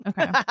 Okay